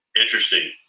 Interesting